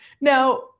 Now